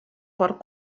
port